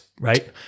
Right